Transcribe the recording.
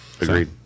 Agreed